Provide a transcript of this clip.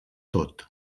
tot